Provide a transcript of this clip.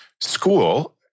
school